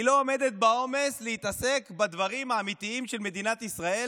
היא לא עומדת בעומס להתעסק בדברים האמיתיים של מדינת ישראל